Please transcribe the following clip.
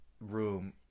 room